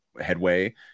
headway